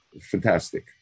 fantastic